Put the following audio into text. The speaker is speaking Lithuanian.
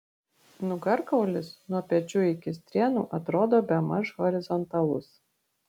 nugarkaulis nuo pečių iki strėnų atrodo bemaž horizontalus